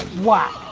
wow,